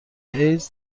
ایدز